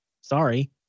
sorry